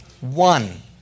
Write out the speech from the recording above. one